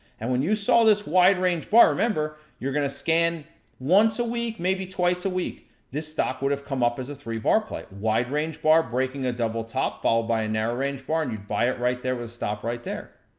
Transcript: and when you saw this wide range bar, remember, you're gonna scan once a week, maybe twice a week this stock would have come up as a three bar play. wide range bar breaking a double top, followed by a narrow range bar, and you'd buy it right there with a stop right there.